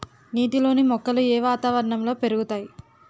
నీటిలోని మొక్కలు ఏ వాతావరణంలో పెరుగుతాయి?